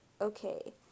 okay